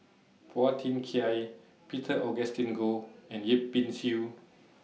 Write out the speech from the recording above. Phua Thin Kiay Peter Augustine Goh and Yip Pin Xiu